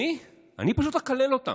אני, אני פשוט אקלל אותם,